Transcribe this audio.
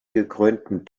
gekrönten